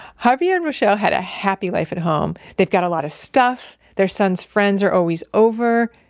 javier and reshell had a happy life at home. they've got a lot of stuff. their son's friends are always over,